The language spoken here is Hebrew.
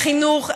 החינוך.